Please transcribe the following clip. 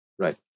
Right